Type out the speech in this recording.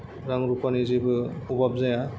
रां रुफानि जेबो अभाब जाया